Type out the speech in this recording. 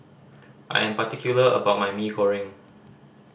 I am particular about my Mee Goreng